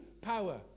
power